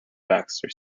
baxter